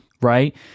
Right